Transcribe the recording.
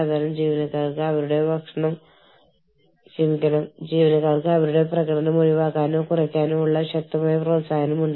അതിനാൽ ജീവനക്കാരുടെ വിദ്യാഭ്യാസം ജീവനക്കാരുടെ സാങ്കേതിക കഴിവുകൾ സാങ്കേതികവിദ്യ സാക്ഷരത എന്നിവ വർദ്ധിപ്പിക്കുക